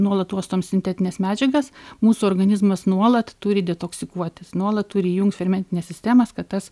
nuolat uostom sintetines medžiagas mūsų organizmas nuolat turi detoksikuoti jis nuolat turi įjungt fermentines sistemas kad tas